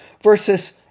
versus